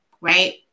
right